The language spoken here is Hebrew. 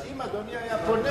אז אם אדוני היה פונה,